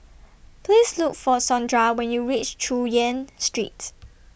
Please Look For Sondra when YOU REACH Chu Yen Street